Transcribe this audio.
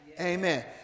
Amen